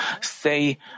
say